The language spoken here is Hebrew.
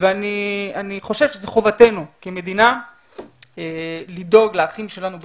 ואני חושב שזו חובתנו כמדינה לדאוג לאחים שלנו בחו"ל,